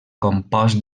compost